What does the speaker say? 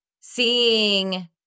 seeing